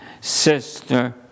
sister